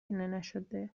نشده